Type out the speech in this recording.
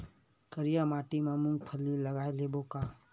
करिया माटी मा मूंग फल्ली लगय लेबों का?